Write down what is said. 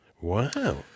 wow